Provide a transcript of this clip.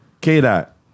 K-Dot